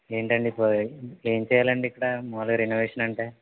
ఏంటండీ పోయాయి ఏం చేయాలండి ఇక్కడ మాములుగా రెనోవేషన్ అంటే